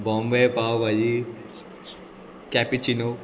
Bombay pav bhaji cappuccino